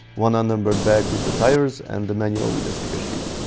one unnumbered bag with the tires and the manual with the sticker sheet.